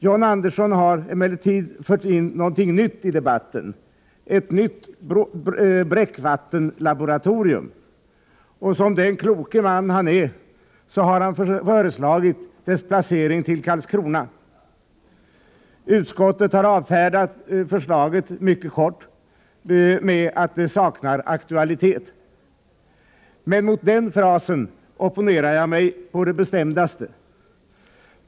John Andersson har emellertid fört in någonting nytt i debatten — ett nytt bräckvattenslaboratorium. Som den kloke man han är har han föreslagit dess placering till Karlskrona. Utskottet har — mycket kort — avfärdat förslaget med att det saknar aktualitet. Men mot den frasen opponerar jag mig å det bestämdaste.